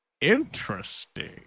Interesting